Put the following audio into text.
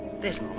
there's